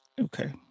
Okay